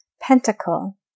pentacle